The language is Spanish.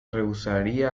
rehusaría